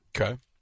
Okay